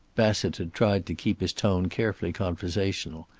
bassett had tried to keep his tone carefully conversational,